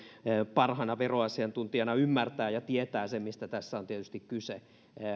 parhaista veroasiantuntijoista ymmärtää ja tietää sen mistä tässä on tietysti kyse